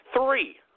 Three